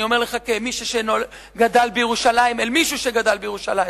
אני אומר לך כמי שגדל בירושלים אל מי שגדל בירושלים,